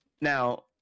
Now